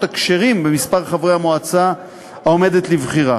הכשרים במספר חברי המועצה העומדת לבחירה.